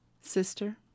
Sister